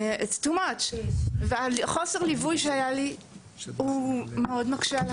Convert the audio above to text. לא היה לי ליווי, והמחסור בליווי מאוד מקשה עליי.